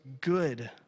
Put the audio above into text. good